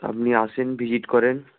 আপনি আসেন ভিজিট করেন